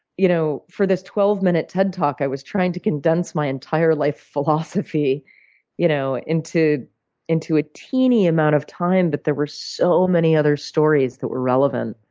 you know for this twelve minute ted talk, i was trying to condense my entire life philosophy you know into into a teeny amount of time, but there were so many other stories that were relevant.